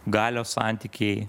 galios santykiai